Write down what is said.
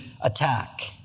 attack